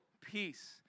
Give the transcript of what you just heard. peace